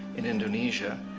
in indonesia,